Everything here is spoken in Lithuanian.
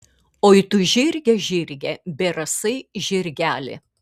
oi tu žirge žirge bėrasai žirgeli